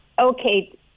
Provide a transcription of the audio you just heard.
Okay